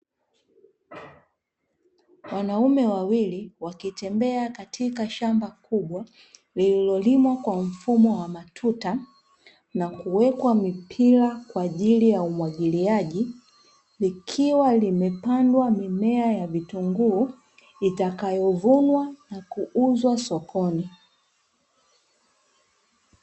Wanaume wawili wakitembea katika shamba kubwa lililolimwa kwa mfumo wa matuta, na kuwekwa mipira kwaajili ya umwagiliaji likiwa limepandwa mimea ya vitunguu, itakayovunwa na kuuzwa sokoni.